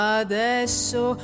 adesso